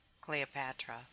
Cleopatra